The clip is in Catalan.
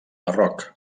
marroc